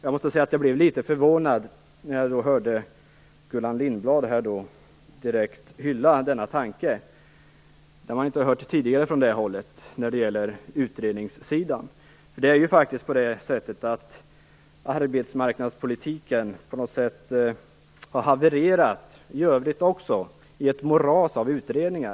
Jag blev litet förvånad när jag hörde Gullan Lindblad hylla denna tanke. Några sådana hyllningar till förslag om utredningar har man inte hört tidigare från det hållet. Arbetsmarknadspolitiken har ju på något sätt också i övrigt havererat i ett moras av utredningar.